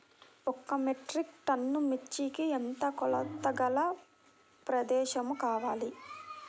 ఒక metric tonne మిర్చికి ఎంత కొలతగల ప్రదేశము కావాలీ?